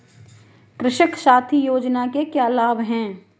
कृषक साथी योजना के क्या लाभ हैं?